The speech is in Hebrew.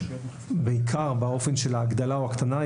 בעיקר באופן של ההגדלה או ההקטנה,